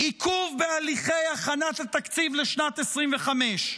עיכוב בהליכי הכנת התקציב לשנת 2025,